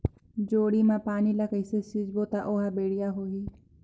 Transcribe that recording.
जोणी मा पानी ला कइसे सिंचबो ता ओहार बेडिया होही?